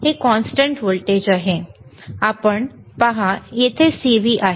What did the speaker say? हे constant voltage आहे आपण पहा CV येथे आहे